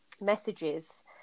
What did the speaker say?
messages